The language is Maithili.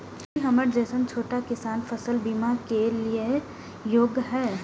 की हमर जैसन छोटा किसान फसल बीमा के लिये योग्य हय?